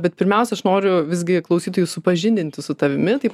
bet pirmiausia aš noriu visgi klausytojus supažindinti su tavimi tai